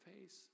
face